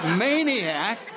maniac